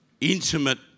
intimate